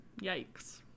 Yikes